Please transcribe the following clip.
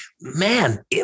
man